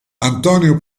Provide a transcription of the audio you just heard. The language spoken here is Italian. antonio